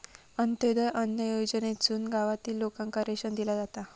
अंत्योदय अन्न योजनेमधसून गावातील लोकांना रेशन दिला जाता